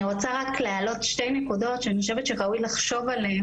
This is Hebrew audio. אני רוצה רק להעלות שתי נקודות שאני חושבת שראוי לחשוב עליהן